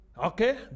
Okay